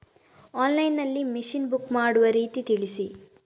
Online ನಲ್ಲಿ machine book ಮಾಡುವ ರೀತಿ ತಿಳಿಸಿ?